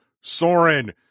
Soren